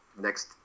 next